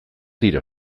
dira